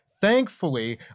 thankfully